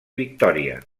victòria